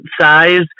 size